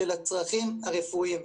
של הצרכים הרפואיים,